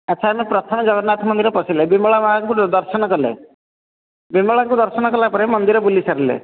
ଆଚ୍ଛା ଆମେ ପ୍ରଥମେ ଜଗନ୍ନାଥ ମନ୍ଦିର ପଶିଲେ ବିମଳା ମା'ଙ୍କୁ ଦର୍ଶନ କଲେ ବିମଳାଙ୍କୁ ଦର୍ଶନ କଲା ପରେ ମନ୍ଦିର ବୁଲି ସାରିଲେ